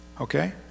Okay